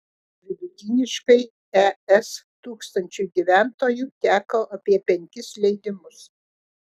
vidutiniškai es tūkstančiu gyventojų teko apie penkis leidimus